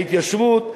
ההתיישבות,